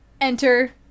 Enter